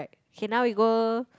K now we go